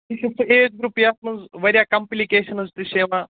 یہِ چھُ سُہ ایج گرُپ یَتھ منٛز واریاہ کَمپٕلِکیشَنٕز تہِ چھ یِوان